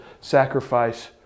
sacrifice